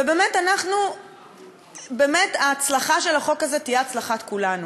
ובאמת, ההצלחה של החוק הזה תהיה הצלחת כולנו,